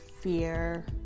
fear